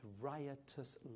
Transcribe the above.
riotous